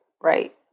right